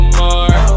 more